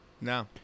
No